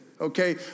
okay